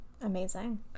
amazing